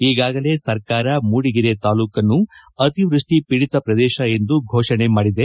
ಈಗಾಗಲೆ ಸರ್ಕಾರ ಮೂಡಿಗೆರೆ ತಾಲೂಕನ್ನು ಅತಿವ್ಯಸ್ಟಿ ಖೀಡಿತ ಪ್ರದೇಶ ಎಂದು ಘೋಷಣೆ ಮಾಡಿದೆ